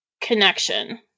connection